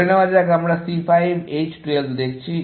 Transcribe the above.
ধরে নেয়া যাক যে আমরা C5 H12 দেখছি